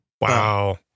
Wow